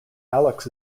alex